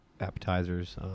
appetizers